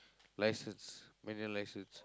license manual license